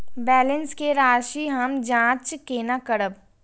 Balance के राशि हम जाँच केना करब?